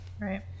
right